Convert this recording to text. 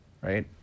right